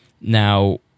Now